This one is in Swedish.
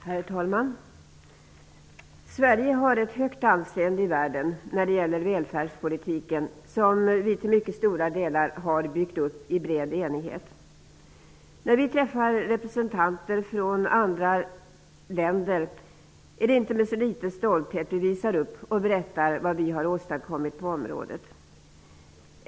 Herr talman! Sverige har ett högt anseende i världen när det gäller välfärdspolitiken, som vi till mycket stora delar har byggt upp i bred enighet. När vi träffar representanter från andra länder är det inte med så litet stolthet vi visar upp och berättar vad vi har åstadkommit på området.